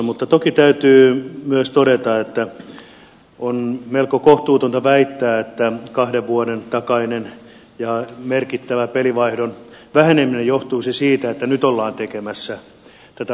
mutta toki täytyy myös todeta että on melko kohtuutonta väittää että kahden vuoden takainen merkittävä pelivaihdon väheneminen johtuisi siitä että nyt ollaan tekemässä tätä arpajaisveron muutosta